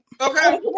Okay